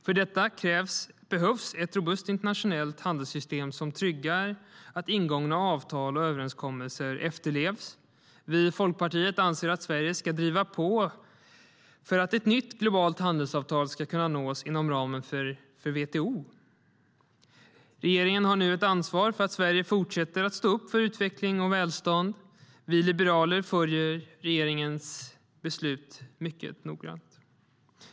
För detta behövs ett robust internationellt handelssystem som tryggar att ingångna avtal och överenskommelser efterlevs. Vi i Folkpartiet anser att Sverige ska driva på för att ett nytt globalt handelsavtal ska kunna nås inom ramen för WTO. Regeringen har nu ett ansvar för att Sverige fortsätter att stå upp för utveckling och välstånd. Vi liberaler följer regeringens beslut mycket noggrant.